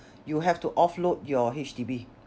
you have to offload your H_D_B